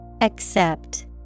Accept